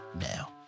now